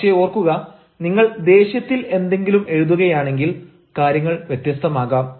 പക്ഷേ ഓർക്കുക നിങ്ങൾ ദേഷ്യത്തിൽ എന്തെങ്കിലും എഴുതുകയാണെങ്കിൽ കാര്യങ്ങൾ വ്യത്യസ്തമാകാം